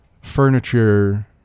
furniture